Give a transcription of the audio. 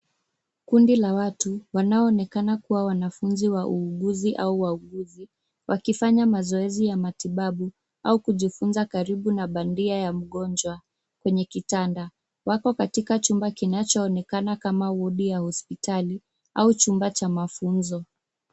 Kundi la watu wanaonekana kuwa wanafunzi wa uuguzi au wauguzi wakifanya mazoezi ya matibabu au kujifunza karibu na bandia ya mgonjwa kwenye kitanda. Wako katika chumba kinachoonekana kama wodi ya hospitali au chumba cha mafunzo.